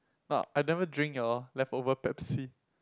ah I never drink your leftover Pepsi